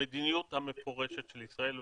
המדיניות המפורשת של ישראל,